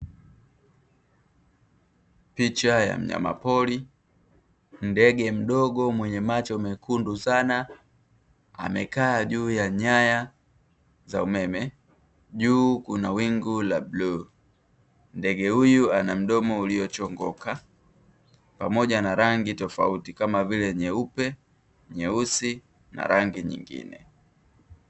Picha ya mnyama pori, ndege mdogo mwenye macho mekundu sana amekaa juu ya nyaya za umeme juu kuna wingu la bluu ndege huyu ana mdomo uliochongoka pamoja na rangi tofauti kama vile nyeupe, nyeusi na rangi nyingine.